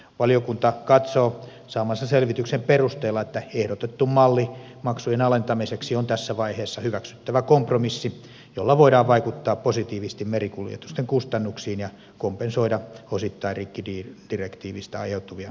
valiokunta katsoo saamansa selvityksen perusteella että ehdotettu malli maksujen alentamiseksi on tässä vaiheessa hyväksyttävä kompromissi jolla voidaan vaikuttaa positiivisesti merikuljetusten kustannuksiin ja kompensoida osittain rikkidirektiivistä aiheutuvia kustannuksia